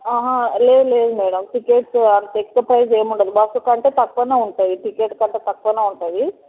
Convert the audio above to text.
ఆహా లేదు లేదు మేడం టికెట్స్ అంత ఎక్కువ ప్రైజ్ ఏముండదు బస్సు కంటే తక్కువనే ఉంటుంది టికెట్ కంటే తక్కువనే ఉంటుంది